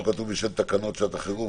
פה כתוב לשם תקנות שעת החירום.